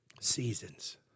Seasons